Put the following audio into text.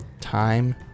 Time